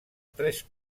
tres